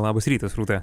labas rytas rūta